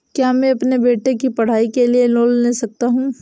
क्या मैं अपने बेटे की पढ़ाई के लिए लोंन ले सकता हूं?